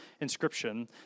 inscription